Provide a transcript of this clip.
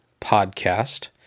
Podcast